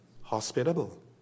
hospitable